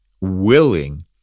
willing